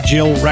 Jill